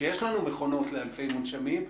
כשיש לנו מכונות לאלפי מונשמים,